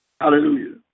Hallelujah